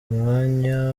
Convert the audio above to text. umwanya